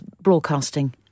broadcasting